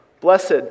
blessed